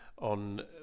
On